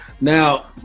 Now